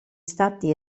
stati